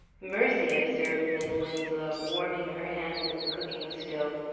mercy, observed mis' winslow, warming her hands at the cooking stove,